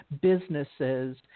businesses